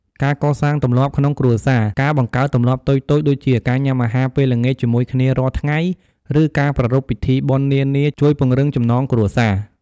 ការកសាងទម្លាប់ក្នុងគ្រួសារ ការបង្កើតទម្លាប់តូចៗដូចជា ការញ៉ាំអាហារពេលល្ងាចជាមួយគ្នារាល់ថ្ងៃ ឬការប្រារព្ធពិធីបុណ្យនានា ជួយពង្រឹងចំណងគ្រួសារ។